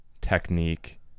technique